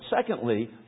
secondly